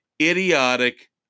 idiotic